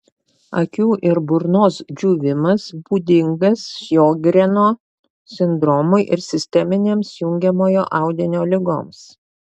akių ir burnos džiūvimas būdingas sjogreno sindromui ir sisteminėms jungiamojo audinio ligoms